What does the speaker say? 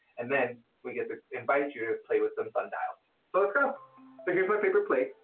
and then we get to invite you to play with some sundials. so let's go. so here's my paper plate.